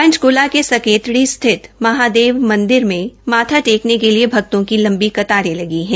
पंचकला के सकेतड़ी स्थित महादेव मंदिर में माथ टेकने के लिए भक्तों की लंबी कतारे लगी है